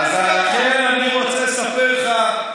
לכן אני רוצה לספר לך,